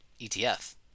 ETF